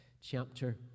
chapter